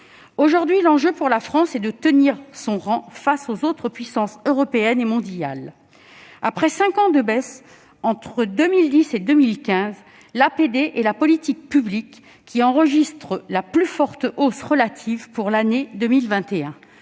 Aujourd'hui, l'enjeu pour la France est de tenir son rang face aux autres puissances européennes et mondiales. Après cinq ans de baisse entre 2010 et 2015, l'aide publique au développement (APD) est la politique publique qui enregistre la plus forte hausse relative pour l'année 2021